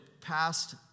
passed